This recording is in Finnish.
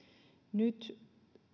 nyt